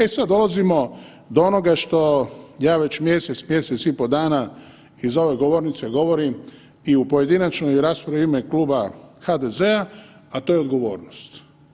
E sad dolazimo do onoga što ja već mjesec, mjesec i pol dana iz ove govornice govorim i u pojedinačnoj raspravi u ime Kluba HDZ-a, a to je odgovornost.